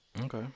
okay